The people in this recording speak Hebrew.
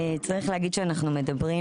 צריך להגיד שאנחנו מדברים,